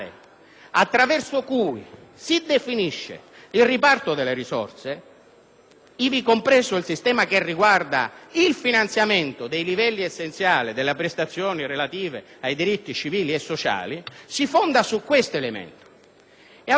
ivi compreso il sistema riguardante il finanziamento dei livelli essenziali delle prestazioni relative ai diritti civili e sociali, si fondi su tale elemento. Pertanto, abbiamo proposto di temperare il criterio del superamento della spesa storica,